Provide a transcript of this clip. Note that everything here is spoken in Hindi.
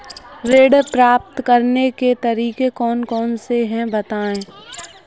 ऋण प्राप्त करने के तरीके कौन कौन से हैं बताएँ?